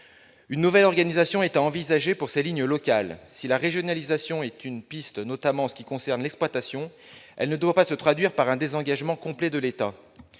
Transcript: Une nouvelle organisation est à envisager pour ces lignes locales. Si la « régionalisation » est une piste, notamment en ce qui concerne l'exploitation, elle ne doit pas se traduire par un désengagement complet de l'État.